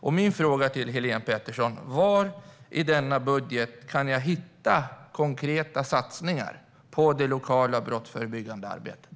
Var i denna budget, Helene Petersson, kan jag hitta konkreta satsningar på det lokala brottsförebyggande arbetet?